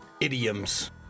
idioms